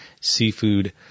seafood